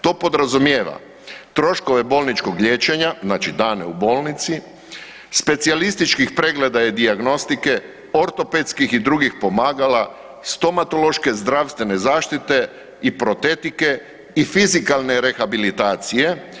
To podrazumijeva troškove bolničkog liječenja, znači dane u bolnici, specijalističkih pregleda i dijagnostike, ortopedskih i drugih pomagala, stomatološke zdravstvene zaštite i protetike i fizikalne rehabilitacije.